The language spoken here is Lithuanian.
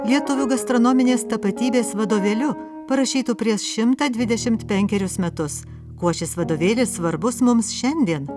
lietuvių gastronominės tapatybės vadovėliu parašytu prieš šimtą dvidešimt penkerius metus kuo šis vadovėlis svarbus mums šiandien